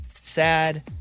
sad